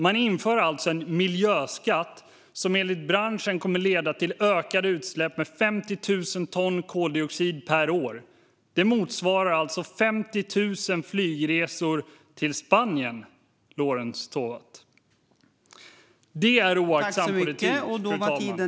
Man inför alltså en miljöskatt som enligt branschen kommer att leda till ökade utsläpp med 50 000 ton koldioxid per år. Det motsvarar 50 000 flygresor till Spanien, Lorentz Tovatt. Det är oaktsam politik, fru talman.